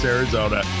Arizona